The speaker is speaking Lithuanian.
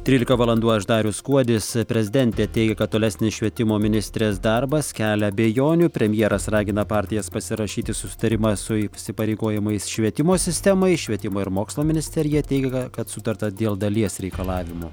trylika valandų aš darius kuodis prezidentė teigia kad tolesnis švietimo ministrės darbas kelia abejonių premjeras ragina partijas pasirašyti susitarimą su įsipareigojimais švietimo sistemai švietimo ir mokslo ministerija teigia kad sutarta dėl dalies reikalavimų